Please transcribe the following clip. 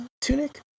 tunic